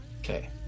Okay